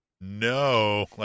no